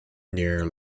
near